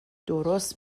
درست